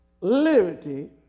liberty